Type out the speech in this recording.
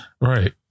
Right